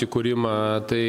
įkūrimą tai